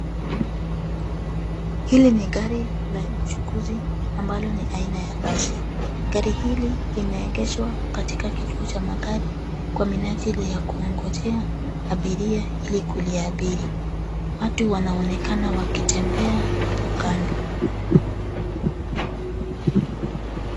Hili ni gari la uchukuzi ambalo ni aina ya basi. Gari hili limeegeshwa katika kituo cha magari kwa minajili ya kuwangojea abiria ili kuliabiri. Watu wanaonekana wakitembea hapo kando.